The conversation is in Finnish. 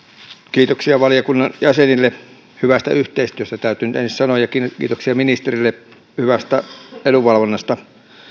kiitoksia valiokunnan jäsenille hyvästä yhteistyöstä täytyy nyt ensin sanoa ja kiitoksia ministerille hyvästä edunvalvonnasta